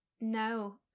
no